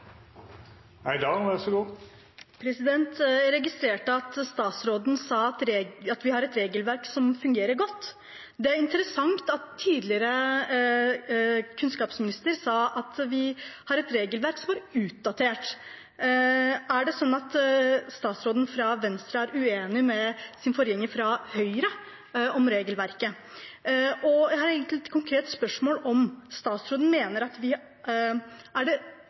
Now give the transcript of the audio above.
interessant at tidligere kunnskapsminister sa at vi har et regelverk som er utdatert. Er det sånn at statsråden fra Venstre er uenig med sin forgjenger fra Høyre om regelverket? Mine konkrete spørsmål er: Mener statsråden at det er en ønskelig retning for barnehagesektoren at de som driver kommersielle barnehager, blir blant Norges aller, aller rikeste – flere av dem på Kapitals liste over Norges 400 rikeste? Er det